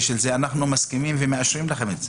אנחנו מסכימים לכם ומאשרים לכם את זה.